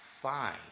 fine